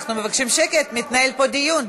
אנחנו מבקשים שקט, מתנהל פה דיון.